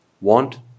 Want